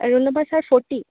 roll number sir forty